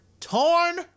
torn